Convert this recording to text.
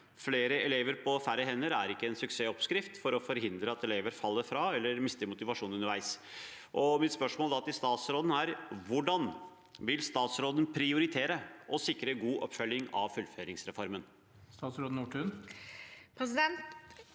Flere elever på færre hender er ikke en suksessoppskrift for å forhindre at elever faller fra eller mister motivasjonen underveis. Mitt spørsmål til statsråden er da: Hvordan vil statsråden prioritere og sikre god oppfølging av fullføringsreformen?